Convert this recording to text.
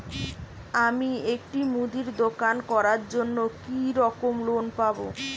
আমি একটি মুদির দোকান করার জন্য কি রকম লোন পাব?